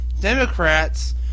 Democrats